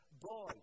boy